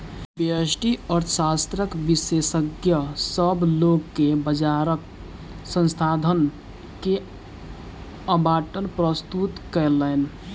व्यष्टि अर्थशास्त्रक विशेषज्ञ, सभ लोक के बजारक संसाधन के आवंटन प्रस्तुत कयलैन